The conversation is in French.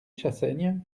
chassaigne